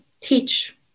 teach